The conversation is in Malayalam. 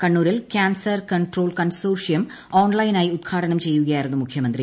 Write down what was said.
കണ്ണൂരിൽ കൃാൻസർ കൺട്രോൾ കൺസോർഷ്യം ഓൺലൈനായി ഉദ്ഘാടനം ചെയ്യുകയായിരുന്നു മുഖ്യമന്ത്രി